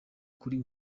kuri